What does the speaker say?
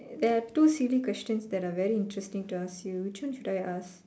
there are two silly questions that are very interesting to ask you which one should I ask